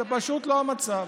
זה פשוט לא המצב.